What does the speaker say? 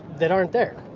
that aren't there.